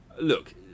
Look